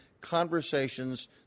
conversations